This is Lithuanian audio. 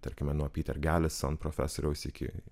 tarkime nuo pyter galison profesoriaus iki